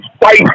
fight